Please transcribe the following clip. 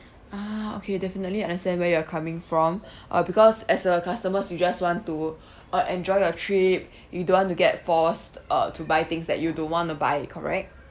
ah okay definitely understand where you are coming from uh because as a customers you just want to uh enjoy your trip you don't want to get forced uh to buy things that you don't want to buy correct